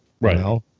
Right